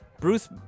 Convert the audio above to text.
bruce